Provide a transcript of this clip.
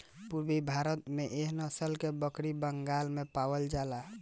पूरबी भारत में एह नसल के बकरी बंगाल में पावल जाला